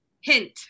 hint